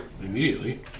immediately